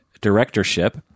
directorship